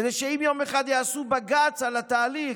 כדי שאם יום אחד יעשו בג"ץ על התהליך,